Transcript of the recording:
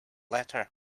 letter